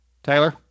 Taylor